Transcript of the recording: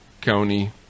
County